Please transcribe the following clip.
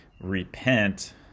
repent